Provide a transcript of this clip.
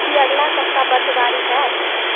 की अगिला सप्ताह बर्फबारी होयत